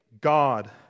God